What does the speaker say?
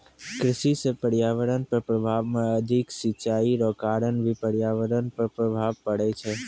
कृषि से पर्यावरण पर प्रभाव मे अधिक सिचाई रो कारण भी पर्यावरण पर प्रभाव पड़ै छै